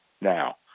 now